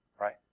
right